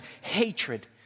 hatred